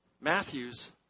Matthew's